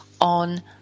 on